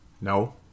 No